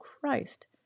Christ